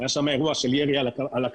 היה שם אירוע של ירי על הקבלן,